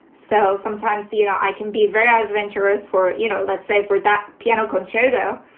so sometimes, you you know, i can be very adventurous for, you know, let's say for that piano concerto.